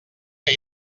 que